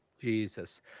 Jesus